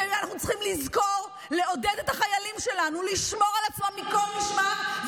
ואנחנו צריכים לזכור לעודד את החיילים שלנו לשמור על עצמם מכל משמר,